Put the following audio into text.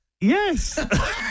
Yes